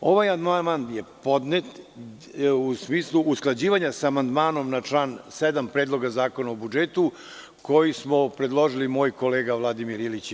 Ovaj amandman je podnet u smislu usklađivanja sa amandmanom na član 7. Predloga zakona o budžetu, koji smo predložili moj kolega Vladimir Ilić i ja.